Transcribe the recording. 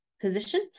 position